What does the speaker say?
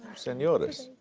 senores.